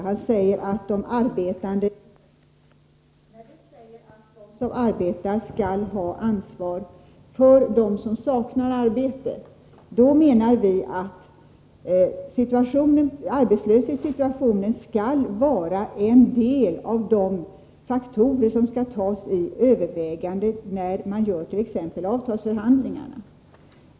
Han påstår att vi — när vi säger att de som arbetar skall ha ansvar för dem som saknar arbete — menar att arbetslöshetssituationen skall vara en av de faktorer som skall beaktas exempelvis vid avtalsförhandlingarna.